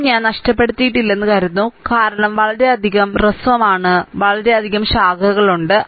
2 ഞാൻ ഒന്നും നഷ്ടപ്പെടുത്തിയിട്ടില്ലെന്ന് കരുതുന്നു കാരണം വളരെയധികം ഹ്രസ്വമാണ് വളരെയധികം ശാഖകളുണ്ട്